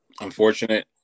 Unfortunate